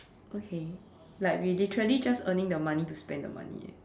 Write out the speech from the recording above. okay like we literally just earning the money to spend the money eh